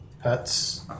pets